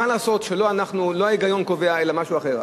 מה לעשות שלא ההיגיון קובע, אלא משהו אחר.